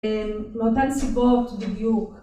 מאותן סיבות בדיוק